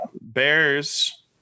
Bears